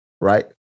right